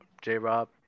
J-Rob